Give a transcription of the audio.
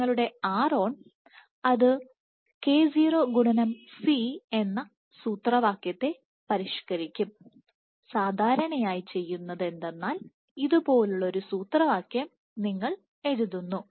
നിങ്ങളുടെ ron അത് k0 C എന്ന സൂത്രവാക്യത്തെ പരിഷ്കരിക്കും സാധാരണ ചെയ്യുന്നത് എന്തെന്നാൽ k0 Ce fKBT ഇതുപോലുള്ള ഒരു സൂത്രവാക്യം നിങ്ങൾ എഴുതുന്നു